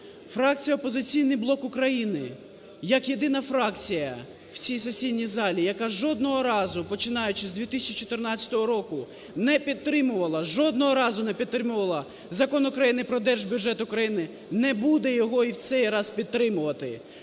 Фракція "Опозиційний блок" України як єдина фракція в цій сесійній залі, яка жодного разу, починаючи з 2014 року, не підтримувала, жодного разу не підтримувала Закон України "Про Держбюджет України", не буде його і в цей раз підтримувати.